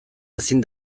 ezin